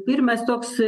pirmas toks